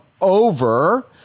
Over